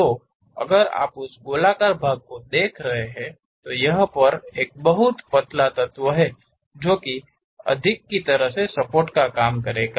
तो अगर आप उस गोलकार भाग को देख रहे हैं तो यह पर एक बहुत पतला तत्व है जो की अधिक की तरह से सपोर्ट का काम करेगा